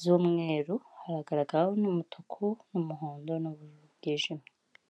z'umweru, haragaragaraho n'umutuku n'umuhondo n'ubururu bwijimye.